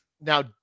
Now